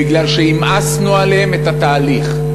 בגלל שהמאסנו עליהם את התהליך.